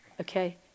Okay